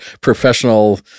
professional